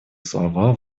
слова